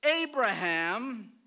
Abraham